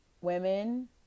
women